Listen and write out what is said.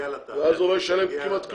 ואז הוא לא ישלם כמעט כלום.